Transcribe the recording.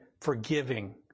forgiving